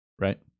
right